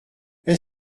est